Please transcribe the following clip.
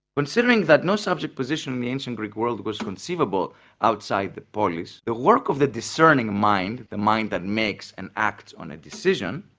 considering that no subject position in the ancient greek world was conceivable outside the polis, the work of the discerning mind, the mind that makes and acts on a decision,